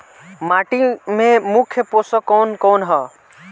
माटी में मुख्य पोषक कवन कवन ह?